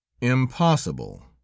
Impossible